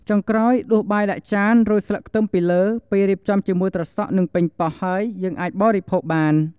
ចុងក្រោយដួសបាយដាក់ចាន រោយស្លឹកខ្ទឹមពីលើ ពេលរៀបចំជាមួយត្រសក់ និង ប៉េងប៉ោះហើយ យើងអាចបរិភោគបាន។